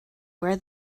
where